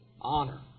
Honor